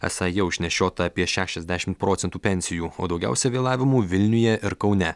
esą jau išnešiota apie šešiasdešim procentų pensijų o daugiausiai vėlavimų vilniuje ir kaune